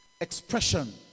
Expression